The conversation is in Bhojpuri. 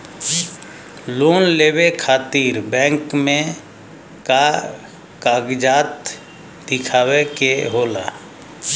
लोन लेवे खातिर बैंक मे का कागजात दिखावे के होला?